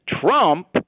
Trump